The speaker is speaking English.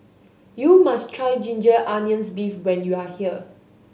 you must try ginger onions beef when you are here